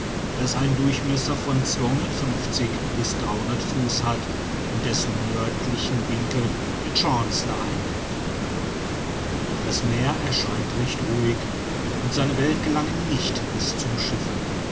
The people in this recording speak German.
das einen durchmesser von bis fuß hat und dessen nördlichen winkel der chancellor einnimmt das meer erscheint recht ruhig und seine wellen gelangen nicht bis zum schiffe